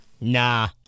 Nah